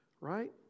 right